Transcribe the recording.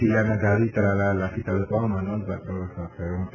જિલ્લાના ધારી તલાલા લાઠી તાલુકાઓમાં નોંધપાત્ર વરસાદ થયો હતો